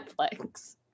Netflix